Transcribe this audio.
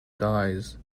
dies